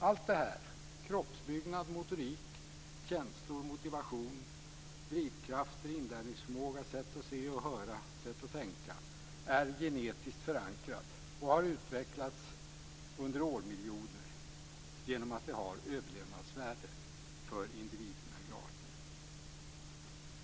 Allt det här - kroppsbyggnad, motorik, känslor, motivation, drivkrafter, inlärningsförmåga, sätt att se och höra, sätt att tänka - är genetiskt förankrat och har utvecklats under årmiljoner genom att det har överlevnadsvärde för individerna i arten.